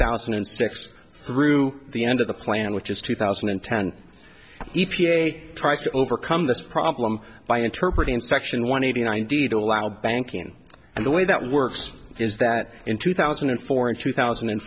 thousand and six through the end of the plan which is two thousand and ten e p a tries to overcome this problem by interpret in section one eighty ninety to allow banking and the way that works is that in two thousand and four and two thousand and